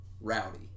Rowdy